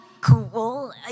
cool